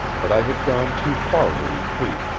but i had gone too far to retreat,